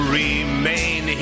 remain